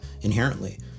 inherently